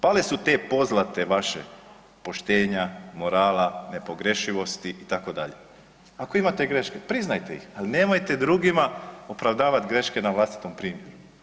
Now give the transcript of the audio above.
Pale su te pozlate vaše poštenja, morala, nepogrešivosti itd., ako imate greške priznajte ih, ali nemojte drugima opravdavati greške na vlastitom primjeru.